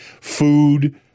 Food